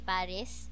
Paris